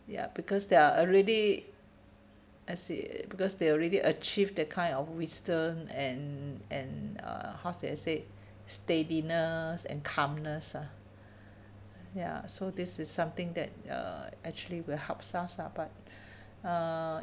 ya because there are already I see because they already achieve that kind of wisdom and and uh how should I say steadiness and calmness ah ya so this is something that uh actually will help us lah but uh